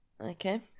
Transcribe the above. Okay